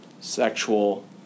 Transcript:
sexual